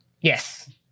Yes